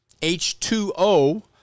H2O